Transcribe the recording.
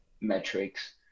metrics